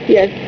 Yes